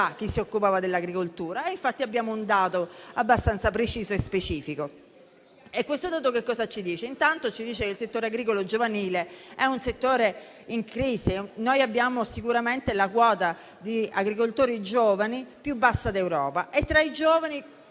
chi si occupava dell'agricoltura e infatti abbiamo un dato abbastanza preciso e specifico. Questo dato ci dice intanto che il settore agricolo giovanile è in crisi. Noi abbiamo sicuramente la quota di agricoltori giovani più bassa d'Europa e, tra i giovani,